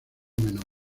menor